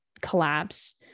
collapse